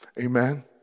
Amen